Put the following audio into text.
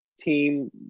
team